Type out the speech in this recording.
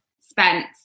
Spence